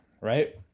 right